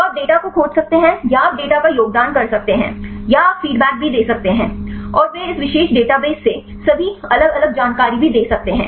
तो आप डेटा को खोज सकते हैं या आप डेटा का योगदान कर सकते हैं या आप फीडबैक भी दे सकते हैं और वे इस विशेष डेटाबेस से सभी अलग अलग जानकारी भी सही दे सकते हैं